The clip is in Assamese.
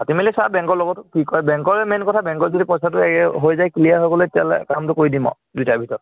পাতি মেলি চা বেংকৰ লগতো কি কয় বেংকৰ মেইন কথা বেংকৰ যদি পইচাটো এই হৈ যায় ক্লিয়াৰ হৈ গ'লে তেতিয়াহ'লে কামটো কৰি দিম আৰু দুয়োটাৰে ভিতৰত